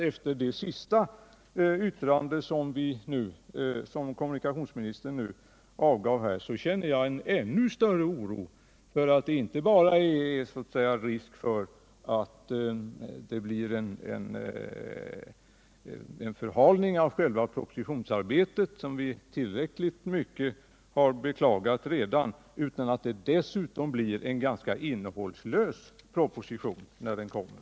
Efter kommunikationsministerns senaste yttrande känner jag ännu större oro för att det inte bara är risk för att det blir en förhalning av själva propositionsarbetet, som vi redan beklagat, utan att det dessutom blir en ganska innehållslös proposition när den kommer.